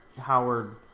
Howard